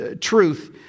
truth